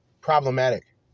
problematic